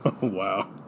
Wow